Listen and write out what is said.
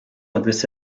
about